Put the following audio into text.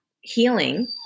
healing